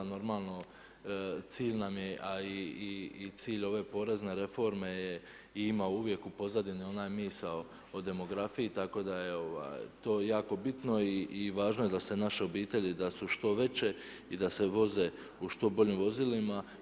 Normalno, cilj nam je, a i cilj ove porezne reforme, je i ima uvijek u pozadini onaj misao o demografiji tako da je to jako bitno i važno je da se naše obitelji, da su što veće i da se voze u što boljim vozilima.